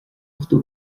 ochtó